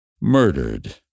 murdered